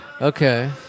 Okay